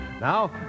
Now